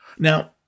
Now